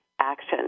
action